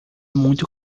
muito